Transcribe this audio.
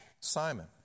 Simon